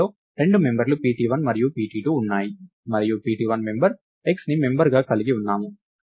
ఇందులో రెండు మెంబర్లు pt1 మరియు pt2 ఉన్నాయి మరియు pt1 మెంబర్ xని మెంబర్ గా కలిగి ఉన్నాము